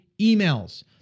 emails